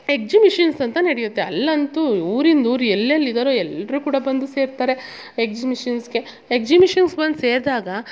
exhibitions ಅಂತ ನಡೆಯುತ್ತೆ ಅಲ್ಲಂತು ಊರಿಂದ ಊರು ಎಲ್ಲೆಲ್ಲಿದಾರೊ ಎಲ್ಲರು ಕೂಡ ಬಂದು ಸೇರ್ತಾರೆ ಎಕ್ಸಿಬಿಷನ್ಸ್ಗೆ ಎಕ್ಸಿಬಿಷನ್ಸ್ ಬಂದು ಸೇರಿದಾಗ